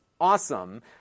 awesome